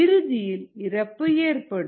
இறுதியில் இறப்பு ஏற்படும்